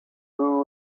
who